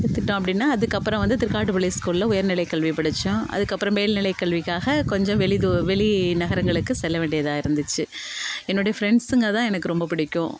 அப்படின்னா அதுக்கப்புறம் வந்து திருக்காட்டுப்பள்ளி ஸ்கூலில் உயர்நிலைக்கல்வி படித்தேன் அதுக்கப்புறம் மேல்நிலைக் கல்விக்காக கொஞ்சம் வெளி வெளி நகரங்களுக்கு செல்ல வேண்டியதாக இருந்துச்சு என்னுடைய ஃப்ரெண்ட்ஸுங்க தான் எனக்கு ரொம்ப பிடிக்கும்